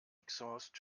exhaust